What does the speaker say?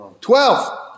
Twelve